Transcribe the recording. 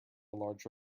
large